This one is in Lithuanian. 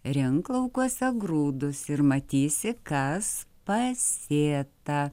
rink laukuose grūdus ir matysi kas pasėta